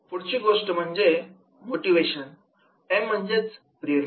पुढची गोष्ट म्हणजे एम एम म्हणजेच प्रेरणा